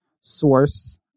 source